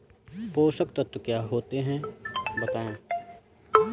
पोषक तत्व क्या होते हैं बताएँ?